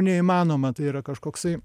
neįmanoma tai yra kažkoksai